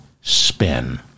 spin